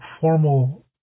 formal